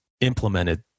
implemented